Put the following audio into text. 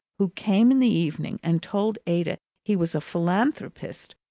who came in the evening, and told ada he was a philanthropist,